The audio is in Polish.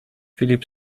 filip